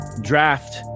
draft